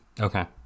Okay